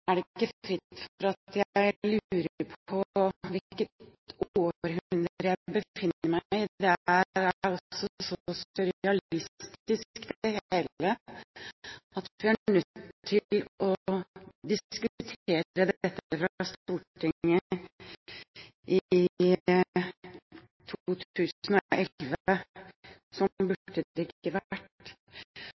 er det ikke fritt for at jeg lurer på hvilket århundre jeg befinner meg i. Det hele er så surrealistisk at vi er nødt til å diskutere det i Stortinget i 2011. Slik burde det ikke